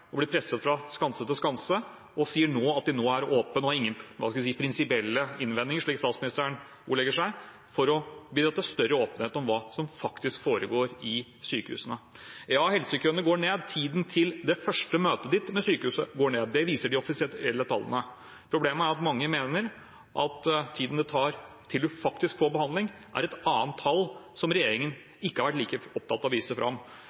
og blitt presset fra skanse til skanse, og de sier at de nå er åpne for og har ingen prinsipielle innvendinger, slik statsministeren ordlegger seg, mot å bidra til større åpenhet om hva som faktisk foregår i sykehusene. Ja, helsekøene går ned. Tiden til ens første møte med sykehuset går ned – det viser de offisielle tallene. Problemet er at mange mener at tiden det tar til man faktisk får behandling, er et annet tall, som regjeringen ikke har vært like opptatt av å vise fram.